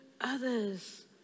others